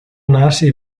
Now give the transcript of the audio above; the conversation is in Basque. nahasi